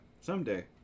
Someday